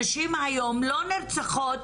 נשים היום לא נרצחות,